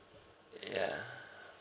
ya